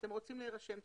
שאעם הם רוצים להירשם,